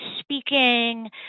speaking